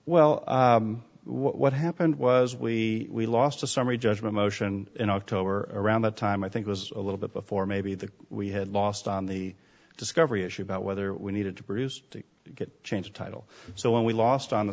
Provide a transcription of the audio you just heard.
well what happened was we lost a summary judgment motion in october around that time i think was a little bit before maybe that we had lost on the discovery issue about whether we needed to produce to get change title so when we lost on the